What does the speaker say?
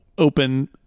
open